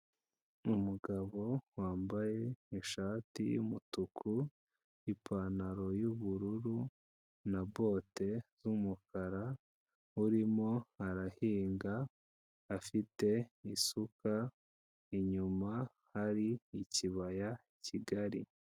Ni umugabo wambaye ishati y'umutuku n'ipantaro y'ubururu na bote z'umukara, urimo arahinga, afite isuka, inyuma hari ikibaya kigari.